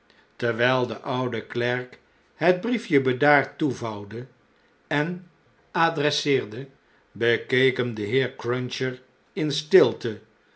terwjjl de oude klerk het briefje bedaard toevouwde en adresseerde bekeek hem de heer cruncher in stilte